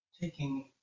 taking